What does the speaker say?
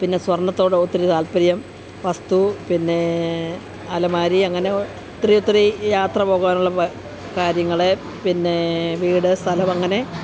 പിന്നെ സ്വർണത്തോട് ഒത്തിരി താല്പര്യം വസ്തു പിന്നെ അലമാരി അങ്ങനെ ഒത്തിരി ഒത്തിരി യാത്ര പോകാനുള്ള വ കാര്യങ്ങൾ പിന്നെ വീട് സ്ഥലം അങ്ങനെ